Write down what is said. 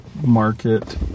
market